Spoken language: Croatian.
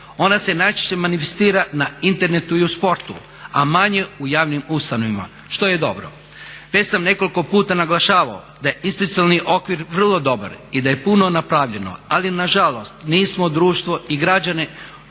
Ona se najčešće manifestira na Internetu i u sportu, a manje u javnim ustanovama što je dobro. Već sam nekoliko puta naglašavao da je institucionalni okvir vrlo dobar i da je puno napravljeno, ali nažalost nismo društvo i građane, očito